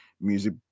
music